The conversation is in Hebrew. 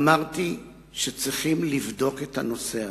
אמרתי שצריכים לבדוק את הנושא הזה,